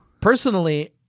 Personally